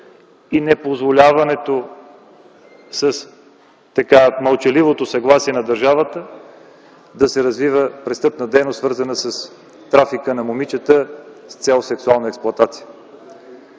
и непозволяването с мълчаливото съгласие на държавата да се развива престъпна дейност, свързана с трафик на момичета с цел сексуална експлоатация.